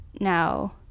Now